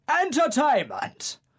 Entertainment